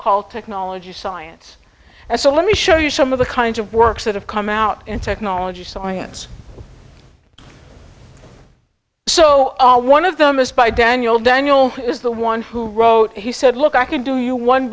called technology science and so let me show you some of the kinds of works that have come out in technology so i hands so one of them is by daniel daniel is the one who wrote he said look i can do you one